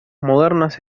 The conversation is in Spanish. modernas